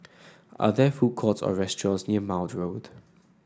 are there food courts or restaurants near Maude Road